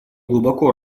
глубоко